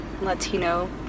Latino